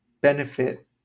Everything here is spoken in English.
benefit